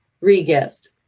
re-gift